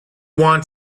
want